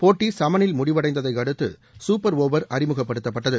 போட்டி சமனில் முடிவடைந்ததை அடுத்து சூப்பர் ஓவர் அறிமுகப்படுத்தப்பட்டது